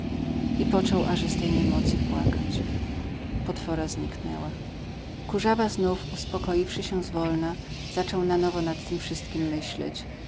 i począł aże z tej niemocy płakać potwora znikła kurzawa znów uspokoiwszy się zwolna zaczął na nowo nad tym wszystkim myśleć